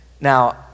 Now